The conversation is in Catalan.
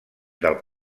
del